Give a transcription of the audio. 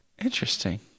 Interesting